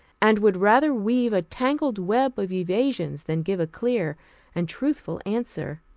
and would rather weave a tangled web of evasions than give a clear and truthful answer.